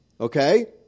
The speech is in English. Okay